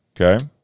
Okay